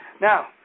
now